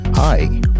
Hi